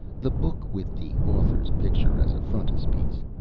the book with the author's picture as a frontispiece.